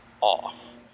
off